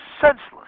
senseless